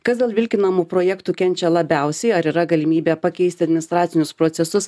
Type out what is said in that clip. kas dėl vilkinamų projektų kenčia labiausiai ar yra galimybė pakeisti administracinius procesus